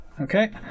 Okay